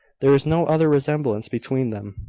there is no other resemblance between them,